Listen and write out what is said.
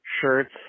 shirts